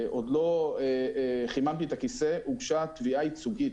עוד לא חיממתי את הכיסא הוגשה תביעה ייצוגית